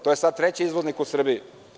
To je sada treći izvoznik u Srbiji.